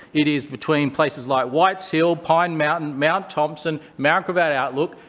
it is between places like whites hill, pine mountain, mount thompson, mount gravatt outlook.